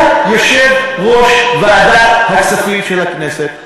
היה יושב-ראש ועדת הכספים של הכנסת,